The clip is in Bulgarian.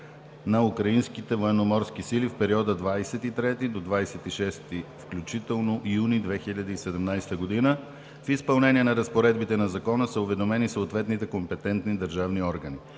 на украинските военноморски сили в периода 23 юни до 26 юни 2017 г. включително. В изпълнение на разпоредбите на Закона са уведомени съответните компетентни държавни органи.